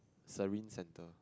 service centre